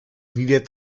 wieder